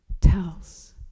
tells